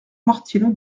martino